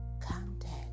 contact